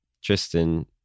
Tristan